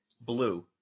blue